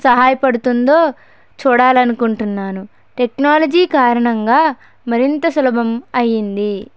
సహాయపడుతుందో చూడాలని అనుకుంటున్నాను టెక్నాలజీ కారణంగా మరింత సులభం అయ్యింది